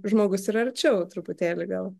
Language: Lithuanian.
žmogus yra arčiau truputėlį gal